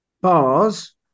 bars